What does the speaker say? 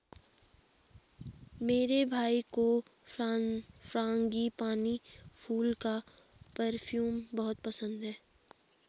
मेरे भाई को फ्रांगीपानी फूल का परफ्यूम बहुत पसंद है